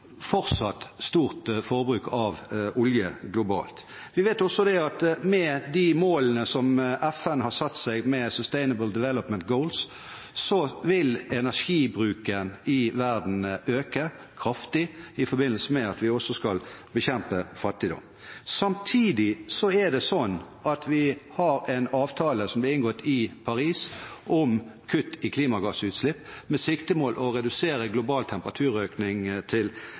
stort forbruk av olje globalt. Vi vet også at med de målene som FN har satt seg med Sustainable Development Goals, vil energibruken i verden øke kraftig i forbindelse med at vi også skal bekjempe fattigdom. Samtidig er det slik at vi har en avtale som ble inngått i Paris om kutt i klimagassutslipp, med det siktemål å redusere global temperaturøkning til